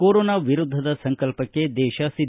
corona ವಿರುದ್ದದ ಸಂಕಲ್ಪಕ್ಷೆ ದೇಶ ಸಿದ್ದ